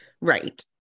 Right